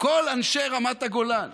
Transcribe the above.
כל אנשי רמת הגולן.